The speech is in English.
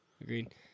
Agreed